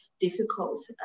difficult